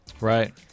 Right